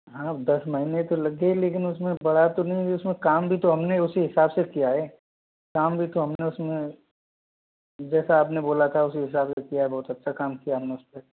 हाँ दस महीने तो लग गए लेकिन उसमें बड़ा तो नहीं है उसमें काम भी तो हमने उसी हिसाब से किया है काम भी तो हमने उसमें जैसा आपने बोला था उसी हिसाब से किया है बहुत अच्छा काम किया है हमने उसपे